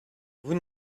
vous